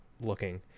looking